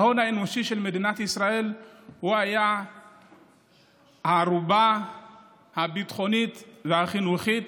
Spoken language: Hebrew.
ההון האנושי של מדינת ישראל היה הערובה הביטחונית והחינוכית